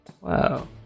Wow